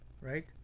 Right